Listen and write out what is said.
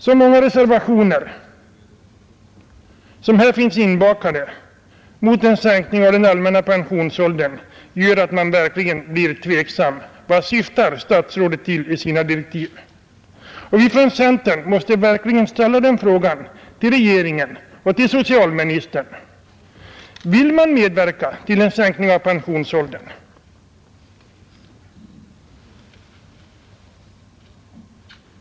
De många reservationer som här finns inbakade mot en sänkning av den allmänna pensionsåldern gör att man verkligen blir tveksam. Vad syftar statsrådet till i sina direktiv? Från centern måste vi verkligen ställa den frågan till regeringen och socialministern: Vill man medverka till en sänkning av pensionsåldern?